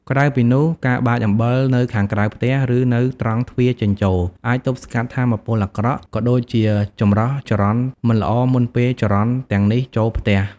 ក្រៅពីនោះ ការបាចអំបិលនៅខាងក្រៅផ្ទះ ឬនៅត្រង់ទ្វារចេញចូល អាចទប់ស្កាត់ថាមពលអាក្រក់ ក៏ដូចជាចម្រោះចរន្តមិនល្អមុនពេលចរន្តទាំងនេះចូលផ្ទះ។